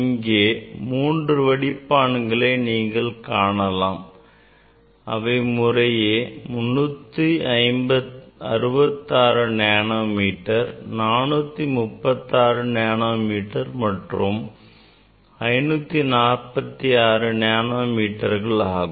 இங்கே மூன்று வடிவங்களை நீங்கள் காணலாம் அவை முறையே 366 நேனோ மீட்டர் 436 நேனோ மீட்டர் மற்றும் 546 நேனோ மீட்டர் ஆகும்